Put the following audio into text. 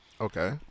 Okay